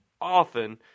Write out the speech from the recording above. often